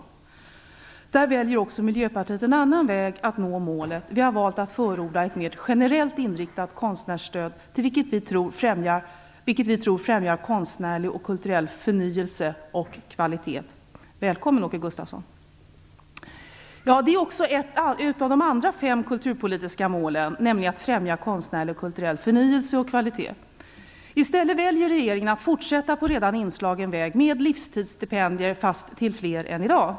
Också där väljer Miljöpartiet en annan väg att nå målet. Vi har valt att förorda ett mera generellt inriktat konstnärsstöd, vilket vi tror främjar konstnärlig och kulturell förnyelse och kvalitet. Välkommen, Åke Gustavsson! Ett annat av de fem kulturpolitiska målen är alltså att främja konstnärlig och kulturell förnyelse och kvalitet. I stället vill regeringen fortsätta på redan inslagen väg med livstidsstipendier fast till flera än i dag.